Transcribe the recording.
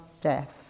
death